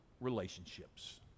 relationships